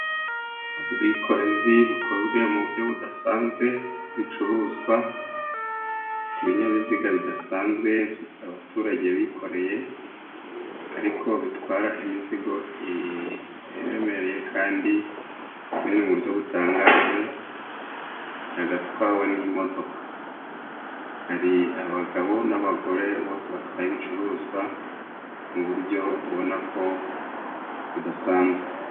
Ubwikorezi bukozwe mu buryo budasanzwe, ibicuruzwa ku binyabiziga bidasanzwe abaturage bikoreye, ariko bitwara imizigo iremereye kandi biri mu buryo butangaje, yagatwawe n'imodoka. Hari abagabo n'abagore bose batwaye ibicuruzwa mu buryo ubona ko budasanzwe.